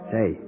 Say